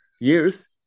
years